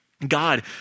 God